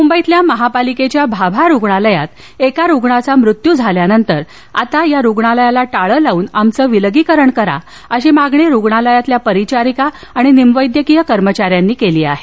मुंबईतल्या महापालिकेच्या भाभा रुग्णालयात एका रुग्णाचा मृत्यू झाल्यानंतर आता या रुग्णालयाला टाळं लावून आमचं विलगीकरण करा अशी मागणी रुग्णालयातील परिचारिका आणि निमवैद्यकीय कर्मचाऱ्यांनी केली आहे